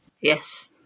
Yes